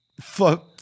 Fuck